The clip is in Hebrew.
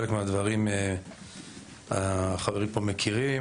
חלק מהדברים החברים פה מכירים,